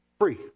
free